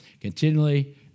continually